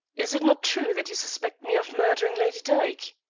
is it not true that you suspect me of murdering lady dyke?